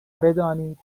بدانید